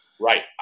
Right